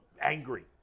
angry